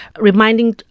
reminding